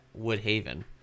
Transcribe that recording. Woodhaven